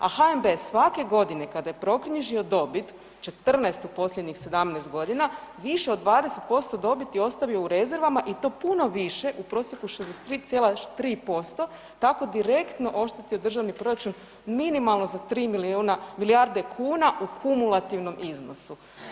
A HNB svake godine kada je proknjižio dobit 14 u posljednjih 17 godina više od 20% dobiti ostavio u rezervama i to puno više u prosjeku 63,3% tako direktno oštetio državni proračun minimalno za 3 milijuna, milijarde kuna u kumulativnom iznosu.